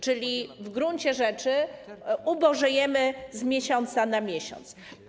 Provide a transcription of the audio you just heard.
Czyli w gruncie rzeczy ubożejemy z miesiąca na miesiąc.